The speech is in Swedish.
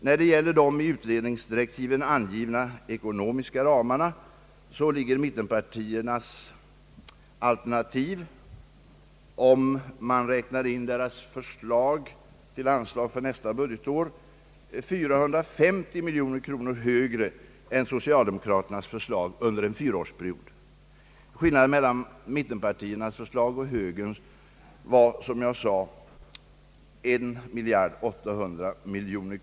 När det gäller de ekonomiska ramarna ligger mittenpartiernas alternativ — om man räknar in deras förslag till anslag för nästa budgetår — 450 miljoner kronor högre än socialdemokraternas förslag under en fyraårsperiod, medan skillnaden mellan mittenpartierna och högern var, som jag sade, 1,8 miljard kronor.